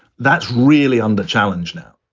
that's really under challenge now,